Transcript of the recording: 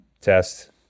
test